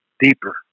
deeper